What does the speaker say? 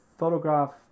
Photograph